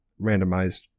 randomized